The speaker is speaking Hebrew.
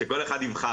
שכל אחד יבחר.